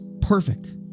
perfect